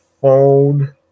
phone